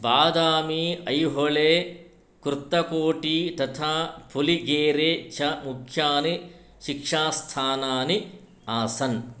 बादामी ऐहोळे कृत्तकोटी तथा पुलिगेरे च मुख्यानि शिक्षास्थानानि आसन्